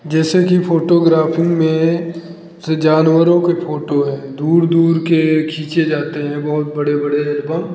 जैसे की फोटोग्राफी में से जानवरों के फोटो हैं दूर दूर के खींचे जाते हैं बहुत बड़े बड़े एल्बम